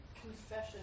Confession